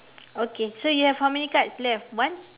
okay so you have how many cards left one